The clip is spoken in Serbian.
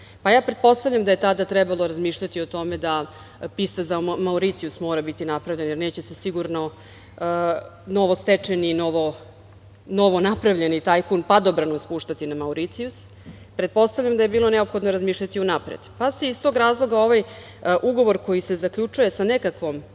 plan. Pretpostavljam da je tada trebalo razmišljati o tome da pista za Mauricijus mora biti napravljena, jer neće se sigurno novostečeni i novonapravljeni tajkun padobranom spuštati na Mauricijus, pretpostavljam da je bilo neophodno razmišljati unapred, pa se iz tog razloga ovaj ugovor koji se zaključuje sa nekakvom